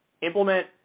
implement